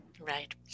Right